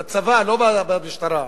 בצבא, לא במשטרה.